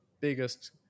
biggest